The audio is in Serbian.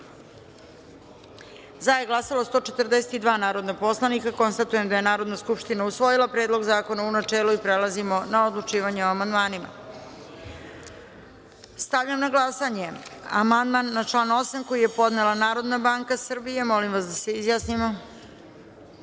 za je glasalo 142 narodna poslanika. Konstatujem da je Narodna skupština usvojila Predlog zakona, u načelu. Prelazimo na odlučivanje o amandmanima. Stavljam na glasanje amandman na član 8. koji je podnela Narodna banka Srbije. Molim vas da se